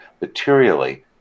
Materially